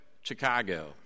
Chicago